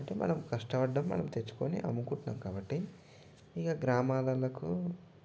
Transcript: అంటే మనం కష్టపడ్డాం మనం తెచ్చుకోని అమ్ముకుంటాం కాబట్టి ఇంక గ్రామాలలకు